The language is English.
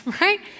right